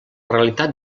realitat